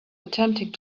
attempting